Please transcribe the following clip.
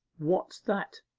what's that,